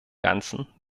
ganzen